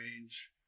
range